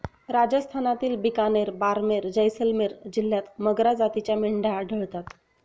राजस्थानातील बिकानेर, बारमेर, जैसलमेर जिल्ह्यांत मगरा जातीच्या मेंढ्या आढळतात